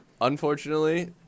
Unfortunately